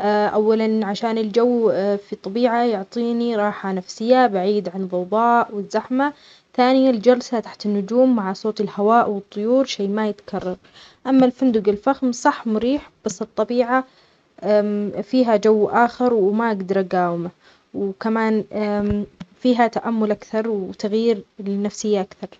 أولا عشان الجو في الطبيعة يعطيني راحة نفسية بعيد عن الظوظاء والزحمة ثانيا الجلسة تحت النجوم مع صوت الهواء والطيور شي ما يتكرر، أما الفندق الفخم صح مريح بس الطبيعة فيها جو آخر وما أقدر أقاومه، وكمان فيها تأمل أكثر وتغير النفسية أكثر.